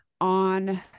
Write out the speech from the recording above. on